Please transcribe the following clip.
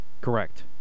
Correct